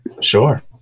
Sure